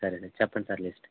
సరేండి చెప్పండి sir list